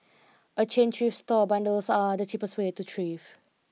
a chain thrift store bundles are the cheapest way to thrift